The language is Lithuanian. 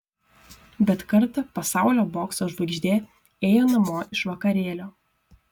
bet kartą pasaulio bokso žvaigždė ėjo namo iš vakarėlio